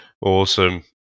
Awesome